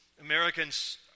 Americans